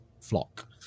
flock